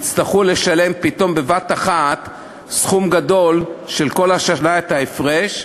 יצטרכו לשלם פתאום בבת-אחת סכום גדול של כל השבת ההפרש,